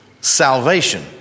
salvation